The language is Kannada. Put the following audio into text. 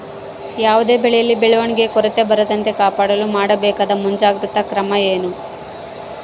ಯಾವುದೇ ಬೆಳೆಯಲ್ಲಿ ಬೆಳವಣಿಗೆಯ ಕೊರತೆ ಬರದಂತೆ ಕಾಪಾಡಲು ಮಾಡಬೇಕಾದ ಮುಂಜಾಗ್ರತಾ ಕ್ರಮ ಏನು?